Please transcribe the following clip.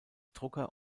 drucker